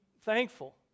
thankful